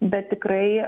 bet tikrai